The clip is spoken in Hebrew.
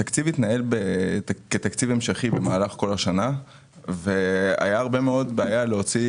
התקציב התנהל כתקציב המשכי במהלך כל השנה והייתה בעיה להוציא